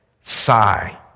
sigh